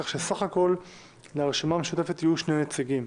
כך שסך הכול לרשימה המשותפת יהיו שני נציגים,